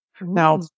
Now